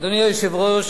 אדוני היושב-ראש,